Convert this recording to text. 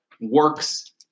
works